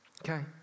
Okay